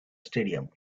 stadium